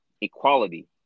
equality